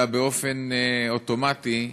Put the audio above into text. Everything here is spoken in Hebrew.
אלא באופן אוטומטי,